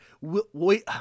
wait